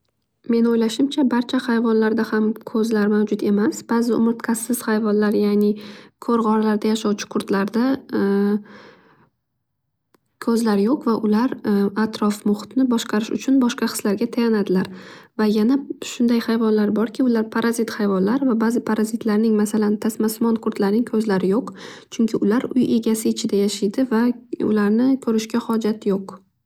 Men o'ylashimcha barcha hayvonlarda ham ko'zlar mavjud emas. Ba'zi umurtqasiz hayvonlar, ya'ni ko'r g'orlarda yashovchi qurtlarda ko'zlar yo'q va ular atrof muhitni boshqarish uchun boshqa hislarga tayanadilar. Va yana shunday hayvonlar borki, ular parazit hayvonlar va ba'zi parazit hayvonlarning, masalan, tasmasimon qurtlarning ko'zlari yo'q chunki ular uy egasi ichida yashidi va ularni ko'rishiga hojati yo'q.